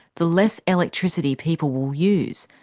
the less electricity people will use,